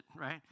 right